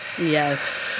Yes